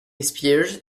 spears